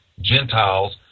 Gentiles